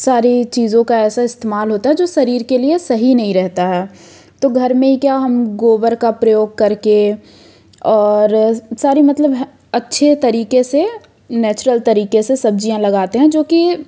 सारी चीज़ों का ऐसा इस्तेमाल होता है जो शरीर के लिए सही नहीं रहता है तो क्या हम गोबर का प्रयोग करके और सारी मतलब अच्छे तरीके से नैचुरल तरीके से सब्जियाँ लगाते हैं जो कि